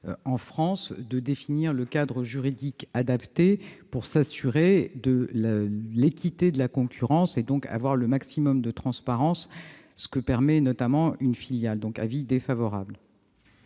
en France, de définir le cadre juridique adapté pour s'assurer de l'équité de la concurrence et obtenir le maximum de transparence, ce que permet notamment une filiale. L'avis est donc défavorable.